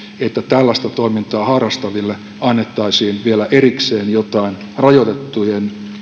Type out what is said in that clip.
että tällaista toimintaa harrastaville annettaisiin vielä erikseen joitakin rajoitettuja